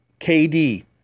KD